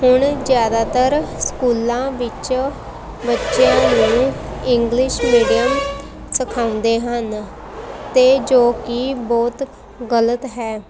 ਹੁਣ ਜ਼ਿਆਦਾਤਰ ਸਕੂਲਾਂ ਵਿੱਚ ਬੱਚਿਆਂ ਨੂੰ ਇੰਗਲਿਸ਼ ਮੀਡੀਅਮ ਸਿਖਾਉਂਦੇ ਹਨ ਅਤੇ ਜੋ ਕਿ ਬਹੁਤ ਗਲਤ ਹੈ